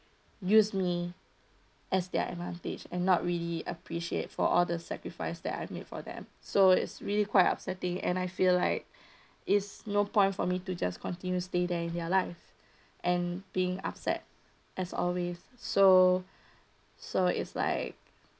use me as their advantage and not really appreciate for all the sacrifice that I made for them so it's really quite upsetting and I feel like is no point for me to just continue to stay there in their life and being upset as always so so it's like